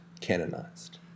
canonized